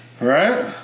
Right